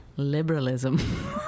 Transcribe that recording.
Liberalism